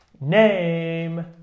name